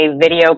video